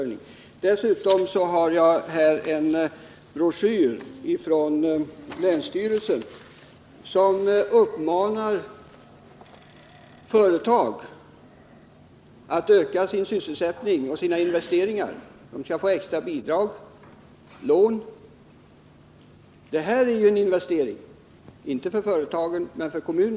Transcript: Jag har här en broschyr från länsstyrelsen, i vilken företagen uppmanas att öka sin sysselsättning och sina investeringar. De skall få extra bidrag och lån. Detta är ju en investering - inte för företagen men för kommunen.